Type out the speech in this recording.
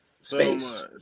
space